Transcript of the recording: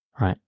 right